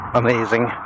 amazing